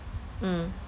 mm